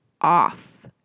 off